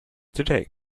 today